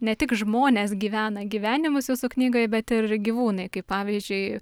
ne tik žmonės gyvena gyvenimus jūsų knygoj bet ir gyvūnai kaip pavyzdžiui